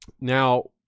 Now